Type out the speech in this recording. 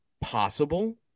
possible